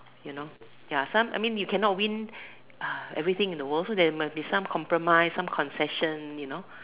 you know ya some I mean you cannot win uh everything in the world so there must be some compromise some concession you know